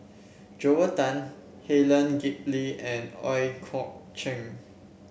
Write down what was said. Joel Tan Helen Gilbey and Ooi Kok Chuen